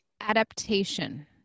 adaptation